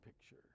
picture